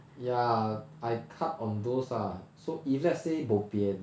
ya I cut on those ah so if let's say bopian